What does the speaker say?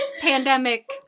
Pandemic